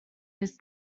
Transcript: this